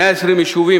120 יישובים